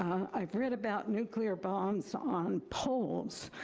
i've read about nuclear bombs on poles.